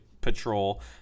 patrol